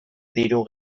diru